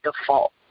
default